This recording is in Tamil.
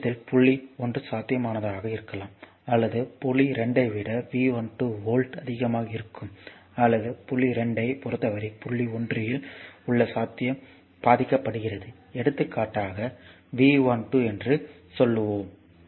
இந்த விஷயத்தில் புள்ளி 1 சாத்தியமானதாக இருக்கலாம் அல்லது புள்ளி 2 ஐ விட V12 வோல்ட் அதிகமாக இருக்கும் அல்லது புள்ளி 2 ஐ பொறுத்தவரை புள்ளி 1 இல் உள்ள சாத்தியம் பாதிக்கப்படுகிறது எடுத்துக்காட்டாக V12 என்று சொல்லுவோம்